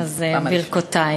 אז ברכותי.